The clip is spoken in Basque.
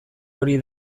hori